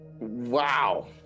Wow